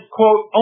quote